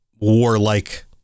warlike